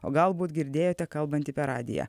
o galbūt girdėjote kalbantį per radiją